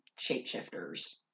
shapeshifters